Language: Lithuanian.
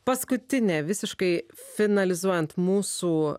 paskutinė visiškai mūsų